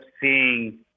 seeing